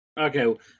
Okay